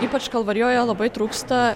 ypač kalvarijoje labai trūksta